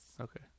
Okay